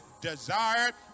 desired